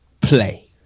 play